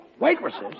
Waitresses